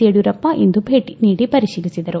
ಯುಡಿಯೂರಪ್ಪ ಇಂದು ಭೇಟಿ ನೀಡಿ ಪರಿತೀಲಿಸಿದರು